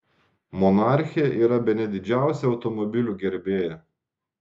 monarchė yra bene didžiausia automobilių gerbėja